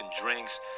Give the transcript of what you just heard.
drinks